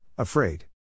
Afraid